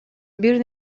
бир